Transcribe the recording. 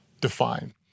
define